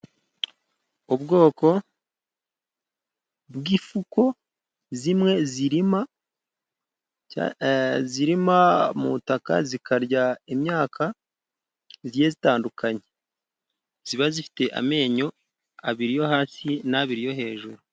Ubwoko bw'ifuko zimwe zirima mu itaka zikarya imyaka, igiye itandukanye. Ziba zifite amenyo abiri yo hasi n'abiri yo hejuru.